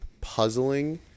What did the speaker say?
puzzling